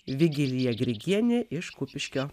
vigilija grigienė iš kupiškio